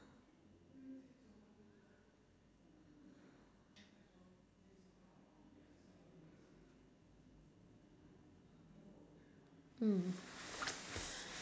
mm